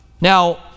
Now